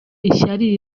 ishyari